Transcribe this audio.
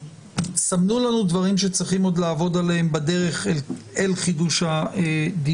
סמנו לנו דברים שצריכים עוד לעבוד עליהם בדרך אל חידוש הדיונים.